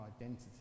identity